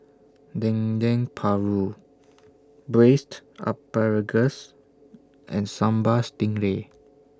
Dendeng Paru Braised Asparagus and Sambal Stingray